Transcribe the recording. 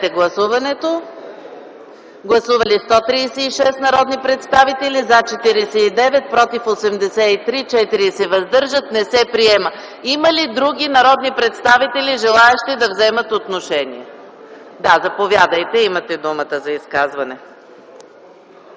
гласуването. Гласували 136 народни представители: за 49, против 83, въздържали се 4. Не се приема. Има ли други народни представители, желаещи да вземат отношение? Заповядайте, имате думата за изказване,